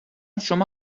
شما